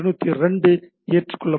202 ஏற்றுக்கொள்ளப்பட்டது